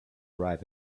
arrive